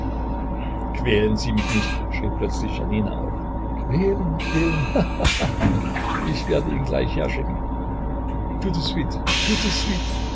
quälen sie mich nicht schrie plötzlich janina auf quälen quälen ha ha ha ich werde ihn gleich herschicken